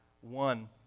One